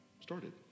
started